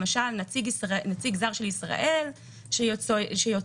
למשל נציג זר של ישראל שיוצא,